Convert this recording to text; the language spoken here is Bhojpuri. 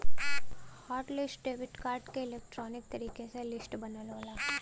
हॉट लिस्ट डेबिट कार्ड क इलेक्ट्रॉनिक तरीके से लिस्ट बनल होला